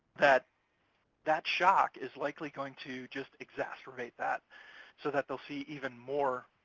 that that shock is likely going to just exacerbate that so that they'll see even more